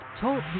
Talk